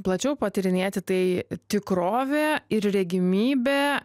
plačiau patyrinėti tai tikrovę ir regimybę